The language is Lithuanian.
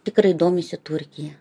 tikrai domisi turkija